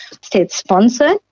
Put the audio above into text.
state-sponsored